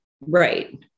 right